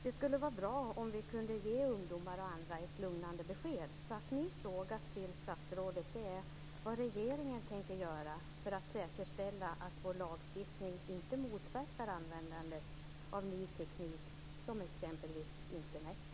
Det skulle vara bra om vi kunde ge ungdomar och andra ett lugnande besked.